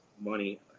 money